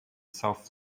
south